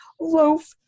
loaf